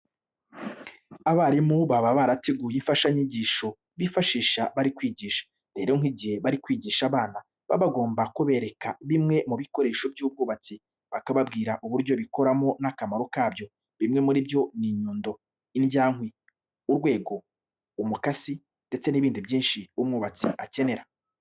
Abarimu baba barateguye imfashanyigisho bifashisha bari kwigisha. Rero nk'igihe bari kwigisha abana, baba bagomba kubereka bimwe mu bikoresho by'ubwubatsi, bakababwira uburyo bikoramo n'akamaro kabyo. Bimwe muri byo ni inyundo, indyankwi, urwego, umukasi ndetse n'ibindi byinshi umwubatsi akenera.